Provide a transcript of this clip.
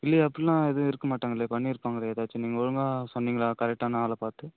இல்லையே அப்புடலாம் எதுவும் இருக்க மாட்டாங்களே பண்ணிருப்பாங்களே ஏதாச்சும் நீங்கள் ஒழுங்காக சொன்னிங்களா கரெக்டான ஆளை பார்த்து